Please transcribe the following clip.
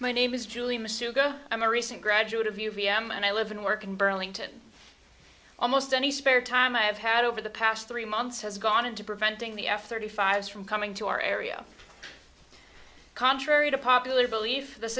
my name is julie masuda i'm a recent graduate of you v m and i live and work in burlington almost any spare time i have had over the past three months has gone into preventing the f thirty five from coming to our area contrary to popular belief this